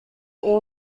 all